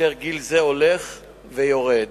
וגיל זה הולך ויורד.